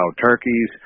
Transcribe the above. turkeys